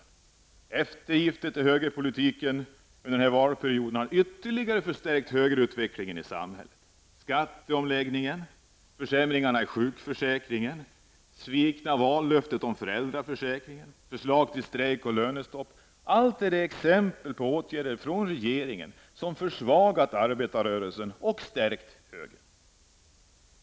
Gjorda eftergifter till högerpolitiken under den här valperioden har ytterligare förstärkt högerutvecklingen i samhället: skatteomläggningen, försämringarna i sjukförsäkringen, det svikna vallöftet om föräldraförsäkringen samt förslag till strejk och lönestopp. Allt detta är exempel på regeringsåtgärder som har försvagat arbetarrörelsen och stärkt högern.